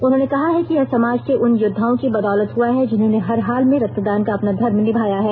उन्होंने कहा है कि यह समाज के उन योद्धाओं की बदौलत हुआ है जिन्होंने हर हाल में रक्तदान का अपना धर्म निभाया है